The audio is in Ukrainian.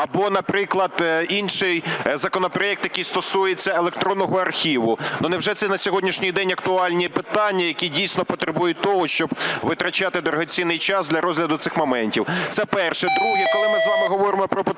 або, наприклад, інший законопроект, який стосується електронного архіву. Ну, невже це на сьогоднішній день актуальні питання, які дійсно потребують того, щоб витрачати дорогоцінний час для розгляду цих моментів? Це перше. Друге. Коли ми з вами говоримо про потужну